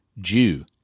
Jew